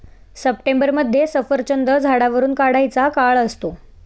सप्टेंबरमध्ये सफरचंद झाडावरुन काढायचा काळ असतो